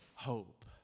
Hope